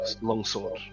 longsword